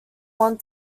want